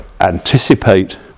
anticipate